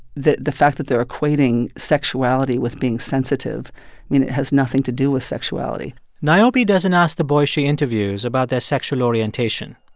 the the fact that they're equating sexuality with being sensitive i mean, it has nothing to do with sexuality niobe doesn't ask the boys she interviews about their sexual orientation.